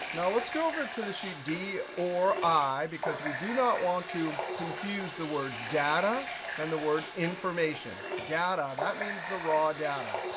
now, let's go over to the sheet d or i, because we do not want to confuse the word data and the word information. data, that means the raw data.